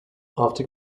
after